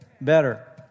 Better